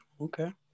okay